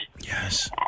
Yes